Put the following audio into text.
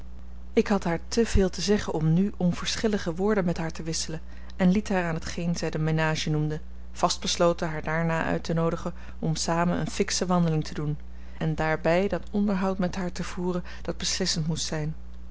ik had haar te veel te zeggen om nu onverschillige woorden met haar te wisselen en liet haar aan t geen zij de menage noemde vast besloten haar daarna uit te noodigen om samen eene fiksche wandeling te doen en daarbij dat onderhoud met haar te voeren dat beslissend moest zijn